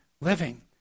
living